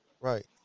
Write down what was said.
right